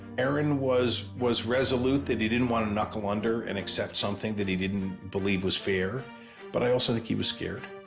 aaron was was resolute that he didn't want to knuckle under and accept something that he didn't believe was fair but i also think that he was scared.